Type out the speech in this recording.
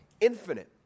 infinite